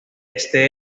este